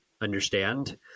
understand